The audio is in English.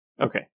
Okay